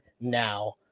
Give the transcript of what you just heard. Now